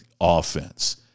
offense